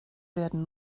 werden